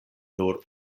nur